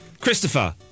Christopher